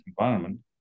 environment